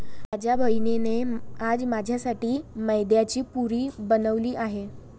माझ्या बहिणीने आज माझ्यासाठी मैद्याची पुरी बनवली आहे